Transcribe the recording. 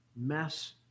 mess